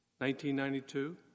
1992